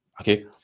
Okay